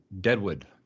Deadwood